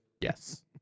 Yes